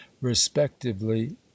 respectively